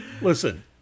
Listen